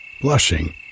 Blushing